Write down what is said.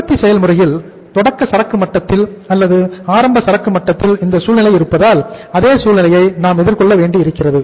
உற்பத்தி செயல்முறையில் தொடக்க சரக்கு மட்டத்தில் அல்லது ஆரம்ப சரக்கு மட்டத்தில் இந்த சூழ்நிலை இருப்பதால் அதே சூழ்நிலையை நாம் எதிர்கொள்ள வேண்டி இருக்கிறது